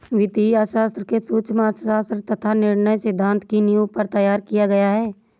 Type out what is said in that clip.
वित्तीय अर्थशास्त्र को सूक्ष्म अर्थशास्त्र तथा निर्णय सिद्धांत की नींव पर तैयार किया गया है